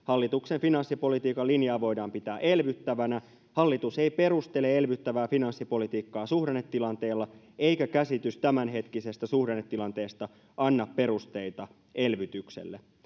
hallituksen finanssipolitiikan linjaa voidaan pitää elvyttävänä hallitus ei perustele elvyttävää finanssipolitiikkaa suhdannetilanteella eikä käsitys tämänhetkisestä suhdannetilanteesta anna perusteita elvytykselle